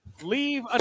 leave